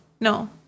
No